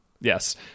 Yes